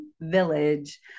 village